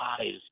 eyes